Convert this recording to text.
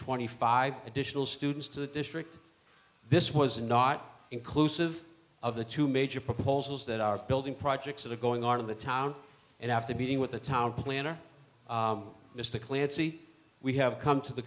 twenty five additional students to the district this was not inclusive of the two major proposals that are building projects that are going on in the town and after meeting with the town planner mr clancy we have come to the